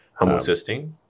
Homocysteine